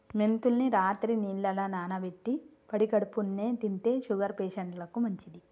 మెంతుల్ని రాత్రి నీళ్లల్ల నానబెట్టి పడిగడుపున్నె తింటే షుగర్ పేషంట్లకు మంచిది